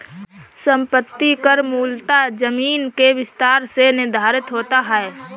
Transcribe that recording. संपत्ति कर मूलतः जमीन के विस्तार से निर्धारित होता है